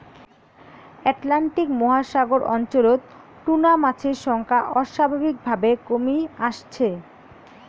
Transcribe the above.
Atlantic মহাসাগর অঞ্চলত tuna মাছের সংখ্যা অস্বাভাবিকভাবে কমি আসছে